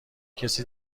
کسی